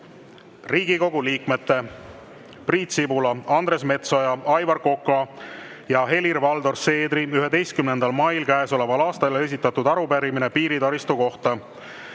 Riigikogu liikmete Priit Sibula, Andres Metsoja, Aivar Koka ja Helir-Valdor Seedri 11. mail käesoleval aastal esitatud arupärimine piiritaristu kohta.